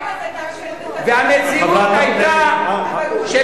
זו לא קדימה, זו